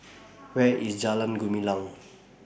Where IS Jalan Gumilang